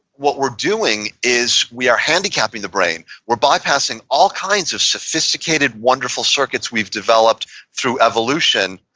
what we're doing is, we are handicapping the brain. we're bypassing all kinds of sophisticated, wonderful circuits we've developed through evolution,